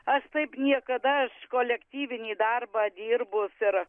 aš taip niekada kolektyvinį darbą dirbus ir